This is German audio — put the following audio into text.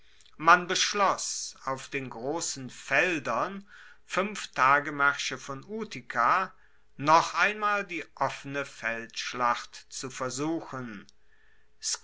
man beschloss auf den grossen feldern fuenf tagemaersche von utica noch einmal die offene feldschlacht zu versuchen